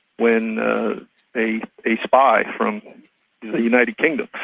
when a a spy from the united kingdom,